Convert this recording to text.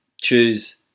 choose